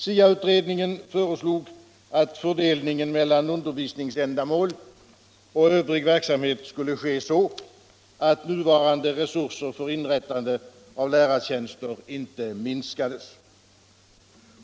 SIA-utredningen föreslog att fördelningen mellan undervisningsändamål och övrig verksamhet skulle ske så, att nuvarande resurser för inrättande av lärartjänster inte minskades.